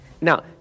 Now